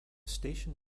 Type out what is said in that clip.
station